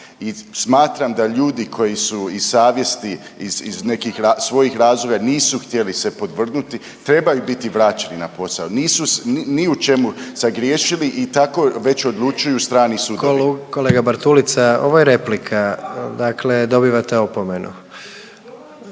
smatram da ljudi koji su iz savjesti iz nekih svojih razloga nisu htjeli se podvrgnuti trebaju biti vraćeni na posao. Nisu ni u čemu sagriješili i tako već odlučuju strani sudovi. **Jandroković, Gordan (HDZ)** Kolega Bartulica, ovo je replika dakle dobivate opomenu.